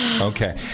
Okay